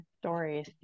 stories